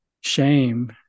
shame